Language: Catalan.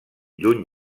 lluny